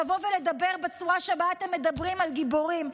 לבוא ולדבר בצורה שבה אתם מדברים אל גיבורים?